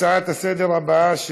ההצעה לסדר-היום הבאה,